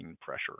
pressure